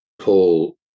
Paul